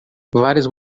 várias